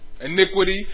iniquity